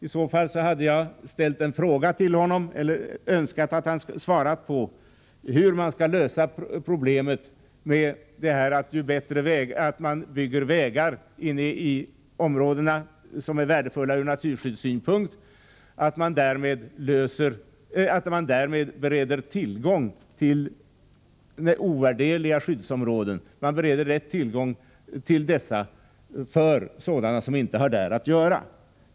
I så fall hade jag frågat honom hur han anser att man skall lösa problemet med att man bygger vägar inne i områden som är värdefulla ur naturskyddssynpunkt och därmed bereder lätt tillgång till ovärderliga skyddsområden för sådana som inte har där att göra.